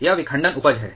यह विखंडन उपज है